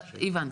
הבנתי.